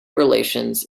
relations